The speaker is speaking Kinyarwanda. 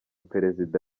perezida